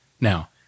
Now